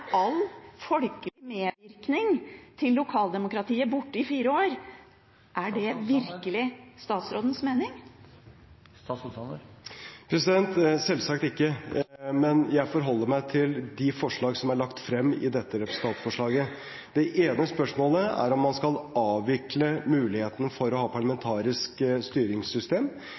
all folkelig medvirkning i lokaldemokratiet borte i fire år. Er det virkelig statsrådens mening? Selvsagt ikke, men jeg forholder meg til de forslag som er lagt frem i dette representantforslaget. Det ene spørsmålet er om man skal avvikle muligheten for å ha